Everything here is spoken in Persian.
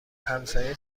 همسایه